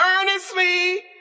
earnestly